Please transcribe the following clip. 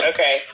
Okay